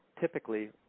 typically